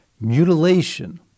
mutilation